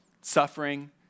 suffering